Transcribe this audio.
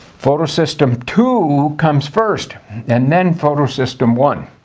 photosystem two comes first and then photosystem one.